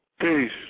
Peace